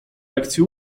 lekcji